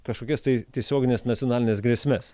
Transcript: kažkokias tai tiesiogines nacionalines grėsmes